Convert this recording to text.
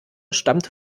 stammte